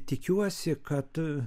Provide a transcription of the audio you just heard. tikiuosi kad